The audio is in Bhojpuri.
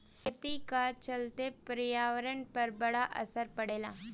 खेती का चलते पर्यावरण पर बड़ा असर पड़ेला